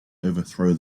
overthrow